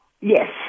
Yes